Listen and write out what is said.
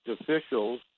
officials